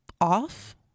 off